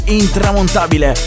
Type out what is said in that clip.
intramontabile